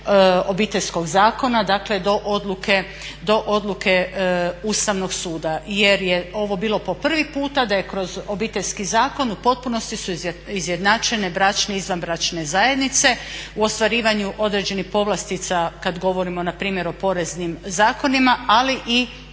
Obiteljskog zakona dakle do odluke Ustavnog suda. Jer je ovo bilo po prvi puta da je kroz Obiteljski zakon, u potpunosti su izjednačene bračne i izvanbračne zajednice u ostvarivanju određenih povlastica kada govorimo npr. o poreznim zakonima ali i